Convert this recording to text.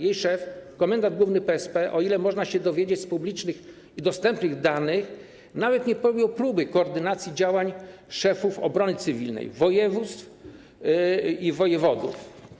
Jej szef, komendant główny PSP, jak można się dowiedzieć z publicznych i dostępnych danych, nawet nie podjął próby koordynacji działań szefów obrony cywilnej województw i wojewodów.